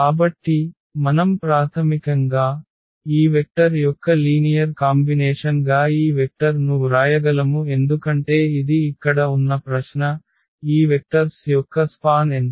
కాబట్టి మనం ప్రాథమికంగా ఈ వెక్టర్ యొక్క లీనియర్ కాంబినేషన్ గా ఈ వెక్టర్ ను వ్రాయగలము ఎందుకంటే ఇది ఇక్కడ ఉన్న ప్రశ్న ఈ వెక్టర్స్ యొక్క స్పాన్ ఎంత